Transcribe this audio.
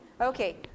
Okay